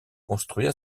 construits